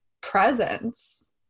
presence